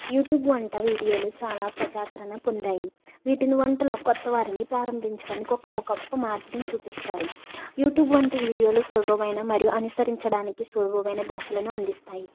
YouTube వంట వీడియోలు చాలా ప్రచాధారణ పొందాయి వీటిని వంటలు కొత్తవారిని ప్రారంభించడానికి ఒక గొప్ప మార్గం చూపిస్తారు యూట్యూబ్ వంటి వీడియోలు సులభమైన మరియు అనుసరించడానికి సులభమైన దశలను అందిస్తాయి